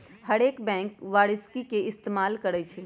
हरेक बैंक वारषिकी के इस्तेमाल करई छई